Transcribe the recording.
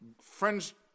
French